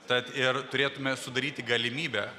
tad ir turėtume sudaryti galimybę